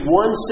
one